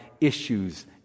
issues